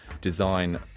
design